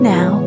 Now